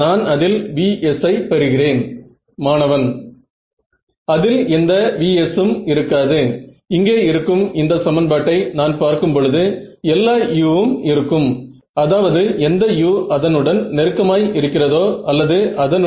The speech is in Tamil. நான் டெல்டா டெஸ்டிங் பங்க்ஷன்களை தேர்ந்தெடுக்கிறேன்